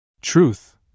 Truth